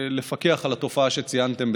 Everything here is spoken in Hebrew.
לפקח על התופעה שציינתם,